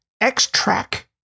X-Track